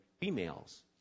females